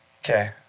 Okay